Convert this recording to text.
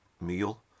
meal